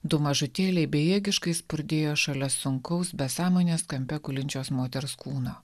du mažutėliai bejėgiškai spurdėjo šalia sunkaus be sąmonės kampe gulinčios moters kūno